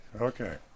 Okay